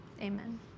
Amen